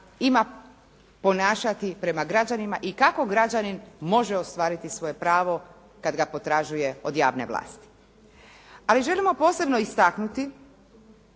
ima ponašati prema građanima i kako građanin može ostvariti svoje pravo kad ga potražuje od javne vlasti. Ali želimo posebno istaknuti